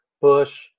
Bush